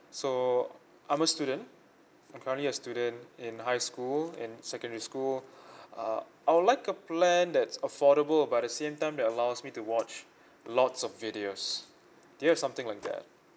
so I'm a student I'm currently a student in high school in secondary school uh I would like a plan that's affordable but at the same time will allows me to watch lots of videos do you have something like that